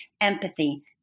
Empathy